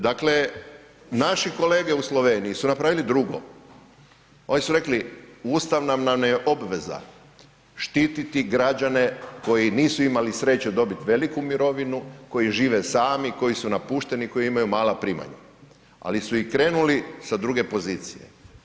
Dakle, naši kolege u Sloveniji su napravili drugo, oni su rekli ustavna nam je obveza štititi građane koji nisu imali sreće dobiti veliku mirovinu, koji žive sami, koji su napušteni, koji imaju mala primanja, ali su i krenuli sa druge pozicije.